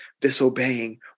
disobeying